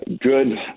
Good